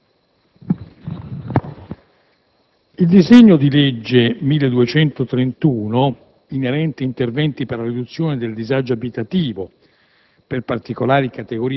il disegno di legge n. 1231, inerente «Interventi per la riduzione del disagio abitativo